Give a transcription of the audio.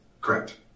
Correct